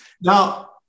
now